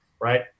Right